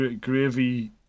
gravy